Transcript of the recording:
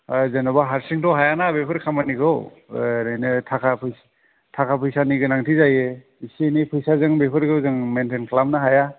जेन'बा हारसिंथ' हायाना बेफोर खामानिखौ ओरैनो थाखा फैसा थाखा फैसानि गोनांथि जायो एसे एनै फैसाजों बेफोरखौ जों मेइन्टेन खालामनो हाया